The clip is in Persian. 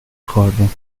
خوردیم